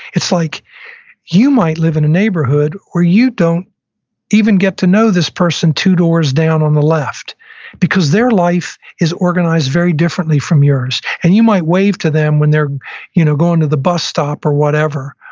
like you might live in a neighborhood where you don't even get to know this person two doors down on the left because their life is organized very differently from yours, and you might wave to them when they're you know going to the bus stop or whatever.